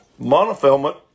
monofilament